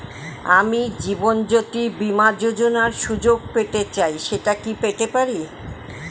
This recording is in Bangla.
আমি জীবনয্যোতি বীমা যোযোনার সুযোগ পেতে চাই সেটা কি পেতে পারি?